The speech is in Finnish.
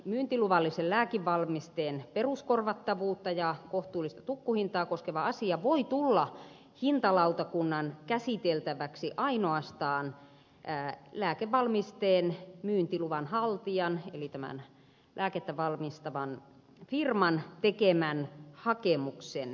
myyntiluvallisen lääkevalmisteen peruskorvattavuutta ja kohtuullista tukkuhintaa koskeva asia voi puolestaan tulla hintalautakunnan käsiteltäväksi ainoastaan lääkevalmisteen myyntiluvan haltijan eli lääkettä valmistavan firman tekemän hakemuksen perusteella